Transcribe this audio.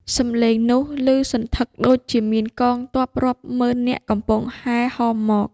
សម្លេងនោះឮសន្ធឹកដូចជាមានកងទ័ពរាប់ម៉ឺននាក់កំពុងហែហមមក។